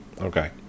Okay